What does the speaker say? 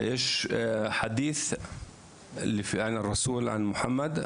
יש "חדית' ליפי אללה רסול אל מוחמד",